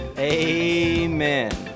Amen